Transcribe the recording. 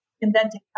inventing